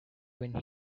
when